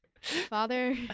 father